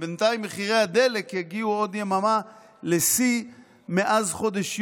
ובינתיים מחיר הדלק יגיע עוד יממה לשיא מאז חודש יולי,